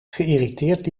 geïrriteerd